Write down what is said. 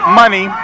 money